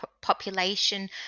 population